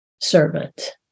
Servant